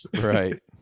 Right